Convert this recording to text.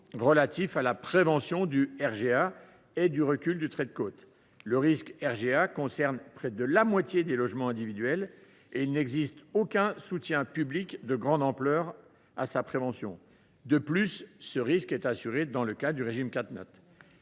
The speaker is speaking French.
retrait gonflement des argiles et du recul du trait de côte. Le risque RGA concerne près de la moitié des logements individuels et il n’existe aucun soutien public de grande ampleur à sa prévention. De plus, ce risque est assuré dans le cadre du régime CatNat.